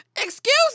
excuse